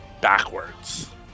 backwards